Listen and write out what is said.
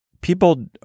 people